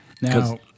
Now